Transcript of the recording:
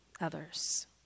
others